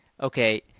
okay